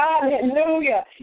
hallelujah